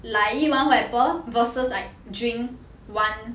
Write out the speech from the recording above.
like I eat one apple versus I drink one